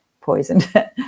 poisoned